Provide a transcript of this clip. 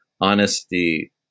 honesty